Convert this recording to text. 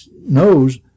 knows